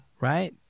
Right